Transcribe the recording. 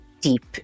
deep